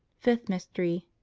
fifth mystery.